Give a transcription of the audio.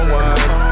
one